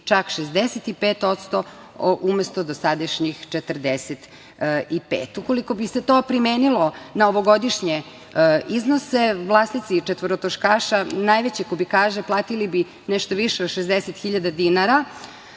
čak 65%, umesto dosadašnjih 45%.Ukoliko bi se to primenilo na ovogodišnje iznose, vlasnici četvorotočkaša najveće kubikaže platili bi nešto više od 60.000 dinara